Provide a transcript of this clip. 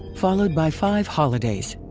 followed by five holidays.